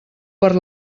per